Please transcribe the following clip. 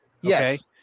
yes